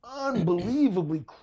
unbelievably